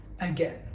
again